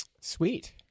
Sweet